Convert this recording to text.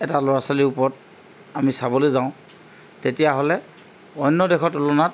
এটা ল'ৰা ছোৱালীৰ ওপৰত আমি চাবলৈ যাওঁ তেতিয়াহ'লে অন্য দেশৰ তুলনাত